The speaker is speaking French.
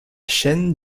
chaîne